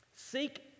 Seek